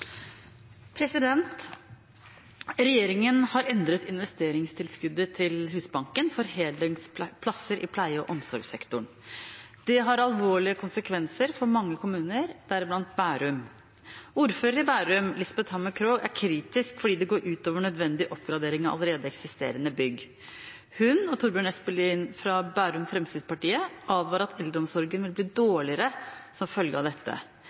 Husbanken for heldøgnsplasser i pleie- og omsorgssektoren. Det har alvorlige konsekvenser for mange kommuner, deriblant Bærum. Ordfører i Bærum, Lisbeth Hammer Krog, er kritisk fordi det går ut over nødvendig oppgradering av allerede eksisterende bygg. Hun og Torbjørn Espelien fra Bærum Fremskrittsparti advarer om at eldreomsorgen vil bli dårligere som følge av dette.